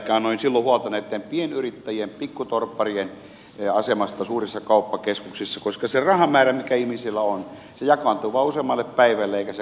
kannoin silloin huolta pienyrittäjien pikkutorpparien asemasta suurissa kauppakeskuksissa koska se rahamäärä mikä ihmisillä on jakaantuu vain useammalle päivälle eikä se kauppa lisäänny